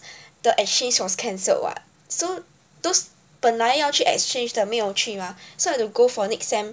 the exchange was cancelled what so those 本来要去 exchange 的没有去吗 so have to go for next sem